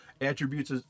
attributes